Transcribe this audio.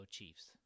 Chiefs